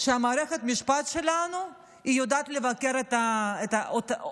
היא שמערכת המשפט שלנו יודעת לבקר את עצמה,